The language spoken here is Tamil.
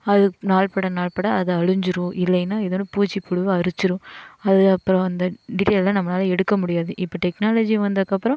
அது நாள் பட நாள் பட அது அழிஞ்சிடும் இல்லைனா எதோ ஒரு பூச்சி புழு அரிச்சிடும் அது அப்புறம் அந்த டிடைல்லாம் நம்மளால் எடுக்க முடியாது இப்போ டெக்னாலஜி வந்ததுக்கு அப்புறம்